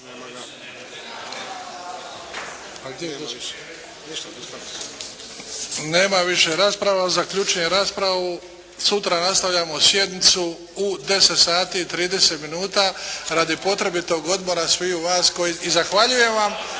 Nema više rasprava. Zaključujem raspravu. Sutra nastavljamo sjednicu u 10,30 minuta. Radi potrebitog odmora sviju vas koji